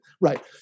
Right